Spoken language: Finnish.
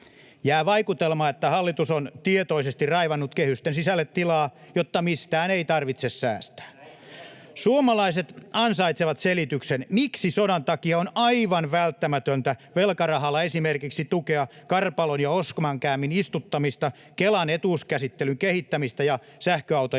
Jää vaikutelma, että hallitus on tietoisesti raivannut kehysten sisälle tilaa, jotta mistään ei tarvitse säästää. Suomalaiset ansaitsevat selityksen, miksi sodan takia on aivan välttämätöntä tukea velkarahalla esimerkiksi karpalon ja osmankäämin istuttamista, Kelan etuuskäsittelyn kehittämistä ja sähköautojen